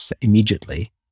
immediately